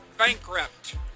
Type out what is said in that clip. Bankrupt